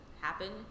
happen